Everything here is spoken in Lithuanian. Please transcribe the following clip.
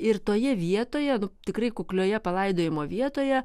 ir toje vietoje nu tikrai kuklioje palaidojimo vietoje